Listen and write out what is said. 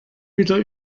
wieder